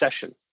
session